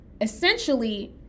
Essentially